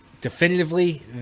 definitively